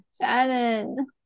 Shannon